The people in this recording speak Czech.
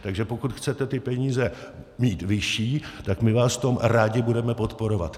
Takže pokud chcete ty peníze mít vyšší, tak my vás v tom rádi budeme podporovat.